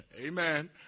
Amen